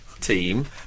team